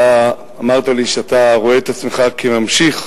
אמרת לי שאתה רואה את עצמך כממשיך,